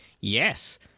yes